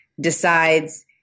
decides